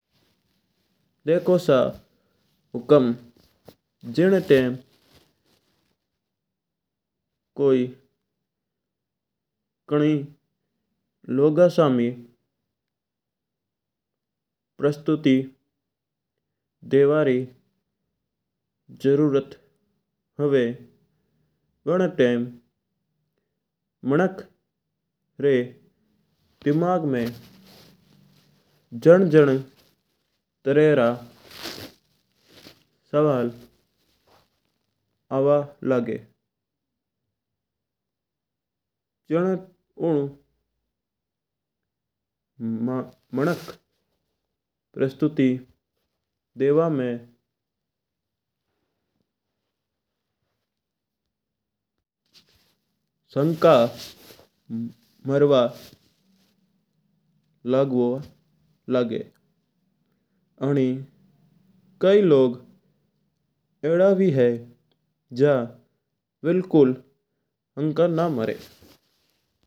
देखो सा हुकम जिन्न टाइम कोई कंही लोगस सम्मी प्रस्तुति देवा री जरूरत हुआ। वण टाइम मिनक री दिमाग में जन जन तरह रा सवाल आवा लागी। जणा ओ मानस प्रस्तुति देवा में शंका मारवा लागी आनी कई लोग आड़ा वे है जो बिल्कुल हनिया कोन मारा।